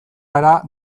gara